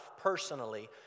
personally